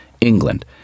England